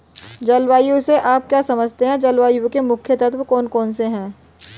जलवायु से आप क्या समझते हैं जलवायु के मुख्य तत्व कौन कौन से हैं?